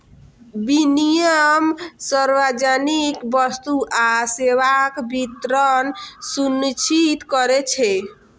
विनियम सार्वजनिक वस्तु आ सेवाक वितरण सुनिश्चित करै छै